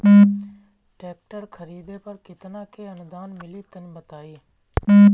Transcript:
Tractor खरीदे पर कितना के अनुदान मिली तनि बताई?